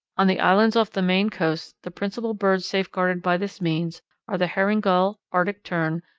on the islands off the maine coast the principal birds safeguarded by this means are the herring gull, arctic tern,